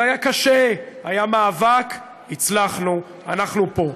זה היה קשה, היה מאבק, הצלחנו, אנחנו פה.